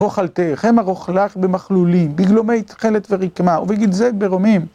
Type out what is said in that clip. רוכלתך, המה רוכליך במכלולים. בגלומי תכלת ורקמה, ובגנזי ברומים.